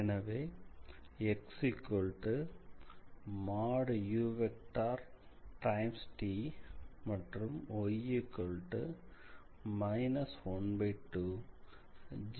எனவே மற்றும் y−12gt2 என அடைகிறோம்